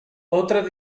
otra